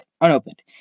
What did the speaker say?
unopened